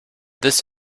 this